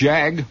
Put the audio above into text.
Jag